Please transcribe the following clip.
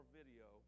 video